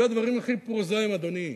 יהיה הדברים הכי פרוזאיים, אדוני,